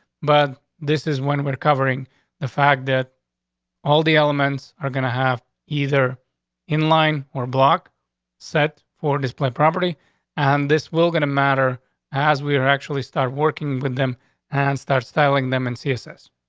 but this is when we're covering the fact that all the elements are gonna have either in line or block set for display property and this will gonna matter as we're actually start working with them and start styling them in css.